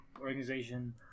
organization